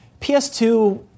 PS2